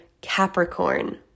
Capricorn